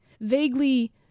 vaguely